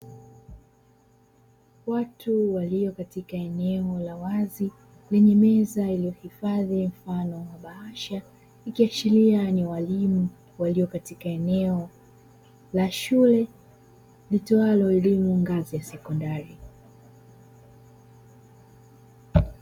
Watu walio katika eneo la wazi, lenye meza iliyohifadhi mfano wa bahasha, ikiashiria ni walimu walio katika eneo la shule, litoalo elimu ngazi ya sekondari.